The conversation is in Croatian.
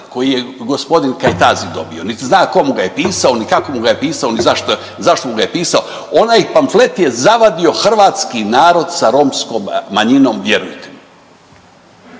koji je g. Kajtazi dobio nit zna ko mu ga je pisao, ni kako mu ga je pisao, ni zašto, zašto mu ga je pisao. Onaj pamflet je zavadio hrvatski narod sa romskom manjinom, vjerujte mi.